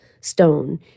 stone